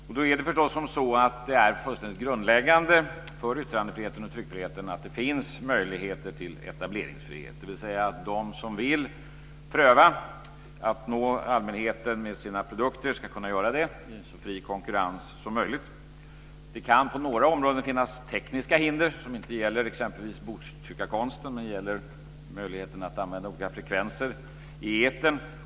Det är förstås fullständigt grundläggande för yttrande och tryckfriheten att det finns möjligheter till etableringsfrihet, dvs. att de som vill pröva att nå allmänheten med sina produkter ska kunna göra det i en så fri konkurrens som möjligt. Det kan på några områden finnas tekniska hinder som inte gäller exempelvis boktryckarkonsten, t.ex. möjligheten att använda olika frekvenser i etern.